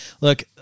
look